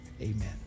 amen